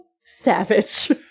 savage